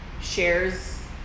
shares